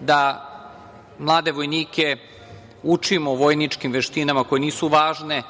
da mlade vojnike učimo vojničkim veštinama koje nisu važne